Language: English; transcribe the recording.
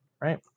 right